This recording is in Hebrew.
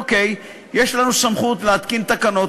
אוקיי, יש לנו סמכות להתקין תקנות.